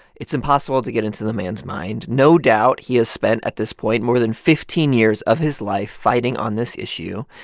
it's impossible to get into the man's mind. no doubt, he has spent, at this point, more than fifteen years of his life fighting on this issue.